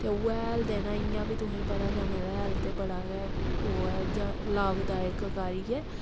ते उ'ऐ हैल देना इ'यां बी तुसेंगी पता गै गवें दा हैल बड़ा गै ओह् ऐ जैदा लाभदायक कारी ऐ